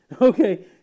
Okay